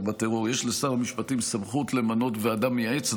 בטרור יש לשר המשפטים סמכות למנות ועדה מייעצת,